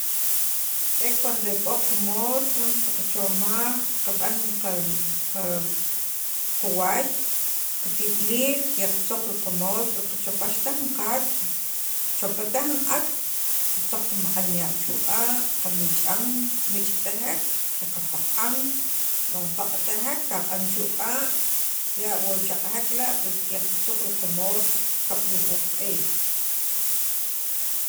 e cuando e k'o qa moso qaqchomaj qaqab'an qa qa qawaay qatib'iliil qeqtzuq li qa moso qachapaxtaj jun qaak' chaptaj jun ak' qatzaq qamaq'anya' chu' q'a' qanich'an mich'tajek qapaq'an va paq'atajek qaq'an chu' q'a' wo kichaq'ajek la' pues qatzuq li qa moso kablujuj q'iij